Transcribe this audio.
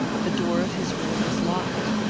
the door of his room was locked.